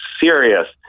serious